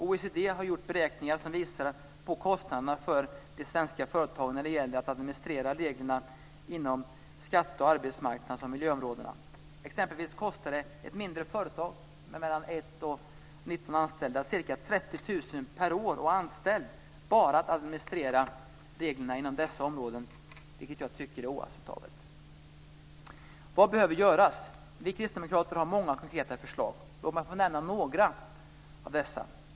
OECD har gjort beräkningar som visar på kostnaderna för de svenska företagen när det gäller att administrera reglerna inom skatte-, arbetsmarknads och miljöområdena. Exempelvis kostar det ett mindre företag med 1-19 anställda ca 30 000 kr per år och anställd att bara administrera reglerna inom dessa områden, vilket jag tycker är oacceptabelt. Vad behöver göras? Vi kristdemokrater har många konkreta förslag. Låt mig få nämna några av dessa.